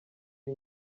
iyi